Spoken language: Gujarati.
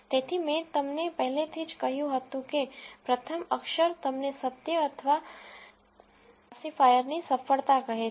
તેથી મેં તમને પહેલેથી જ કહ્યું હતું કે પ્રથમ અક્ષર તમને સત્ય અથવા ક્લાસિફાયરની સફળતા કહે છે